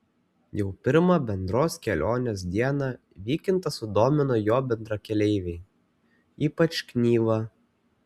jau pirmą bendros kelionės dieną vykintą sudomino jo bendrakeleiviai ypač knyva